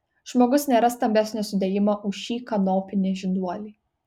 žmogus nėra stambesnio sudėjimo už šį kanopinį žinduolį